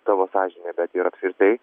tavo sąžinę bet ir apskritai